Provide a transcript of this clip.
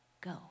go